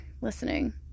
listening